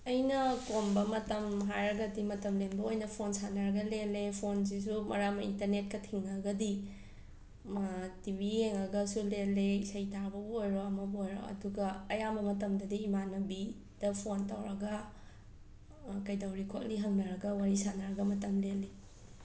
ꯑꯩꯅ ꯀꯣꯝꯕ ꯃꯇꯝ ꯍꯥꯏꯔꯒꯗꯤ ꯃꯇꯝ ꯂꯦꯟꯕ ꯑꯣꯏꯅ ꯐꯣꯟ ꯁꯥꯅꯔꯒ ꯂꯦꯜꯂꯦ ꯐꯣꯟꯁꯤꯁꯨ ꯃꯔꯛ ꯑꯃ ꯏꯟꯇꯔꯅꯦꯠꯀ ꯊꯤꯡꯂꯒꯗꯤ ꯇꯤ ꯕꯤ ꯌꯦꯡꯂꯒꯁꯨ ꯂꯦꯜꯂꯦ ꯏꯁꯩ ꯇꯥꯕꯕꯨ ꯑꯣꯏꯔꯣ ꯑꯃꯕꯨ ꯑꯣꯏꯔꯣ ꯑꯗꯨꯒ ꯑꯌꯥꯝꯕ ꯃꯇꯝꯗꯗꯤ ꯏꯃꯥꯟꯅꯕꯤꯗ ꯐꯣꯟ ꯇꯧꯔꯒ ꯀꯩꯗꯧꯔꯤ ꯈꯣꯠꯂꯤ ꯍꯪꯅꯔꯒ ꯋꯥꯔꯤ ꯁꯥꯅꯔꯒ ꯃꯇꯝ ꯂꯦꯜꯂꯤ